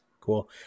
Cool